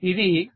ఇది కొంత 112